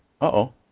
uh-oh